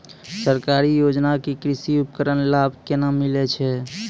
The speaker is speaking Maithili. सरकारी योजना के कृषि उपकरण लाभ केना मिलै छै?